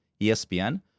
ESPN